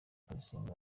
karisimbi